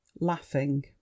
laughing